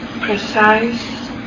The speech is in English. precise